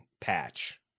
patch